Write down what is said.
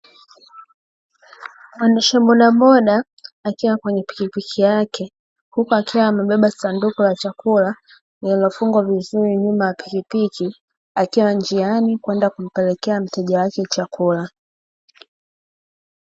Mwendesha bodaboda akiwa kwenye pikipiki yake huku akiwa amebeba sanduku la chakula lililofungwa vizuri nyuma ya pikipiki, akiwa njiani kwenda kumpelekea mteja wake chakula.